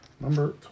Number